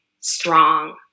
strong